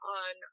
on